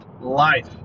Life